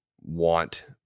want